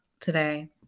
today